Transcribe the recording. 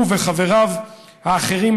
הוא וחבריו האחרים,